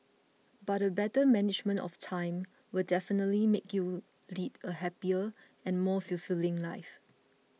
but a better management of time will definitely make you lead a happier and more fulfilling life